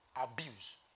abuse